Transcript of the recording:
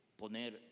poner